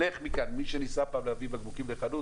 לך מכאן מי שניסה פעם להביא בקבוקים לחנות,